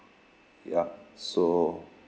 yup so